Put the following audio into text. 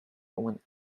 when